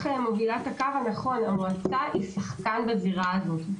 מובילה את הקו הנכון שאומר שהמועצה היא שחקן בזירה הזאת,